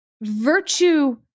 virtue